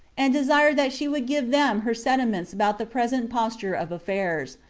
and desired that she would give them her sentiments about the present posture of affairs,